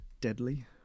deadly